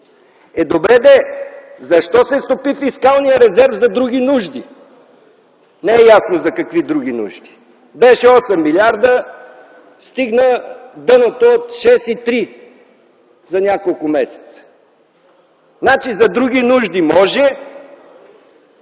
добре де, защо се стопи фискалният резерв за други нужди? Не е ясно за какви други нужди. Беше 8 милиарда, стигна дъното от 6,3 за няколко месеца. Значи за други нужди може